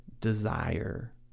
desire